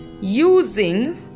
using